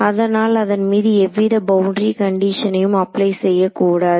அதனால் அதன் மீது எவ்வித பவுண்டரி கண்டிஷனையும் அப்ளை செய்யக்கூடாது